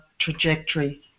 trajectory